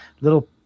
little